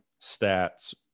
stats